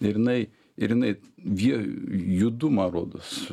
ir jinai ir jinai vie judu man rodos